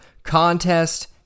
Contest